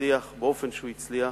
ומצליח באופן שהוא הצליח.